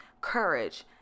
courage